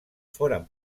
foren